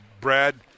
Brad